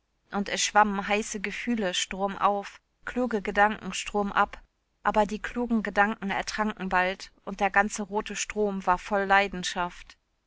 und es schwammen heiße gefühle stromauf kluge gedanken stromab aber die klugen gedanken ertranken bald und der ganze rote strom war voll leidenschaft